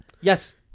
Yes